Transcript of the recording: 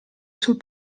sul